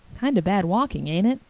kind of bad walking, ain't it?